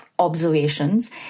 observations